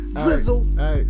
drizzle